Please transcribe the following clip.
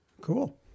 Cool